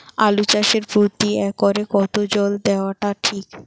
আলু চাষে প্রতি একরে কতো জল দেওয়া টা ঠিক?